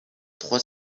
trois